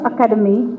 Academy